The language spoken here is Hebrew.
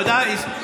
בבקשה.